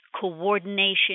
coordination